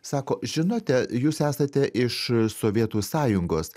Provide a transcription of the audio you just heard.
sako žinote jūs esate iš sovietų sąjungos